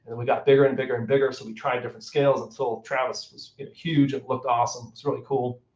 and we got bigger, and bigger, and bigger. so we tried different scales until travis was huge and looked awesome. it's really cool.